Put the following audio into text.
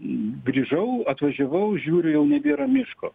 grįžau atvažiavau žiūriu jau nebėra miško